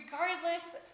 regardless